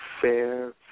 fair